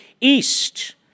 east